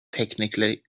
technically